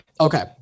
Okay